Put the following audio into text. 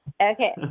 Okay